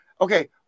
Okay